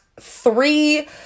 three